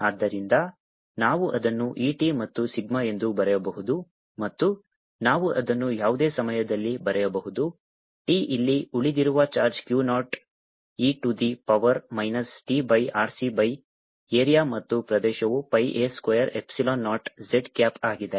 ಆದ್ದರಿಂದ ನಾವು ಅದನ್ನು E t ಮತ್ತು ಸಿಗ್ಮಾ ಎಂದು ಬರೆಯಬಹುದು ಮತ್ತು ನಾವು ಅದನ್ನು ಯಾವುದೇ ಸಮಯದಲ್ಲಿ ಬರೆಯಬಹುದು t ಇಲ್ಲಿ ಉಳಿದಿರುವ charge Q naught E to the power minus t by RC by area ಮತ್ತು ಪ್ರದೇಶವು pi a square epsilon naught z cap ಆಗಿದೆ